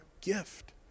gift